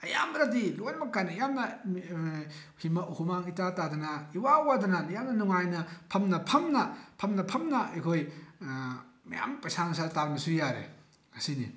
ꯑꯌꯥꯝꯕꯅꯗꯤ ꯂꯣꯏꯅꯃꯛ ꯀꯥꯟꯅꯩ ꯌꯥꯝꯅ ꯍꯨꯃꯥꯡ ꯏꯇꯥ ꯇꯥꯗꯅ ꯏꯋꯥ ꯋꯥꯗꯅ ꯌꯥꯝꯅ ꯅꯨꯡꯉꯥꯏꯅ ꯐꯝꯅ ꯐꯝꯅ ꯐꯝꯅ ꯐꯝꯅ ꯑꯩꯈꯣꯏ ꯃꯌꯥꯝ ꯄꯩꯁꯥ ꯅꯨꯡꯁꯥ ꯇꯥꯟꯕꯁꯨ ꯌꯥꯔꯦ ꯑꯁꯤꯅꯤ